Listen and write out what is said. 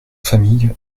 famille